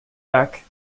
beck